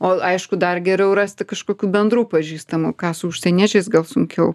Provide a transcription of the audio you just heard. o aišku dar geriau rasti kažkokių bendrų pažįstamų ką su užsieniečiais gal sunkiau